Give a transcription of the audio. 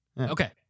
Okay